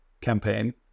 campaign